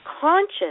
conscious